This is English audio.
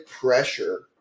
pressure